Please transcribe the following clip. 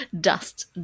dust